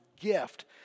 gift